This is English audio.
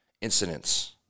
incidents